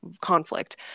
conflict